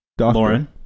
Lauren